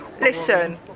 Listen